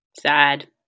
Sad